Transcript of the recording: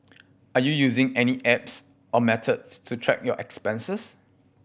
are you using any apps or methods to track your expenses